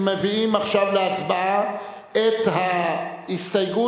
אנחנו מביאים עכשיו להצבעה את ההסתייגות